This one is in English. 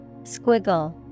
Squiggle